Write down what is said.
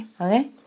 Okay